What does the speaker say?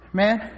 man